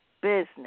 business